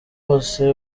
bose